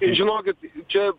žinokit čia